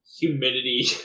humidity